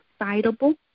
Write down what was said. excitable